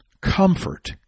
comfort